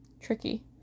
Tricky